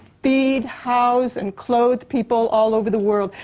feed, house and clothe people all over the world.